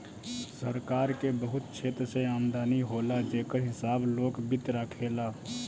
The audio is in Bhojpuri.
सरकार के बहुत क्षेत्र से आमदनी होला जेकर हिसाब लोक वित्त राखेला